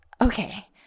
okay